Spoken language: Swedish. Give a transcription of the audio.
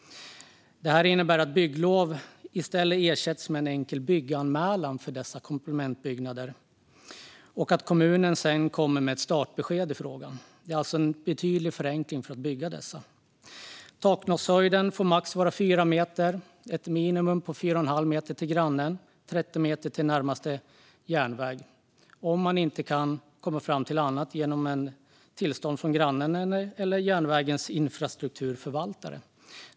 Det innebär att bygglov ersätts med en enkel bygganmälan för dessa komplementbyggnader och att kommunen sedan kommer med ett startbesked i frågan. Det är alltså en betydlig förenkling när det gäller dessa byggnader. Taknockshöjden får vara max 4 meter. Det ska vara minst 4,5 meter till grannen och minst 30 meter till närmaste järnväg, om man inte kan komma fram till annat genom tillstånd från grannen eller järnvägens infrastrukturförvaltare.